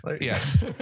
Yes